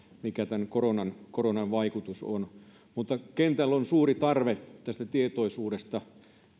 mikä tämän koronan koronan vaikutus on mutta kentällä on suuri tarve tästä tietoisuudesta